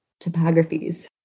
topographies